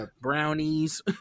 brownies